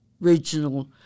regional